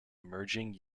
emerging